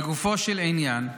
לגופו של עניין,